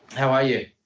how are you?